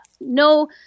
no